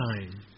time